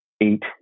eight